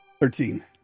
Thirteen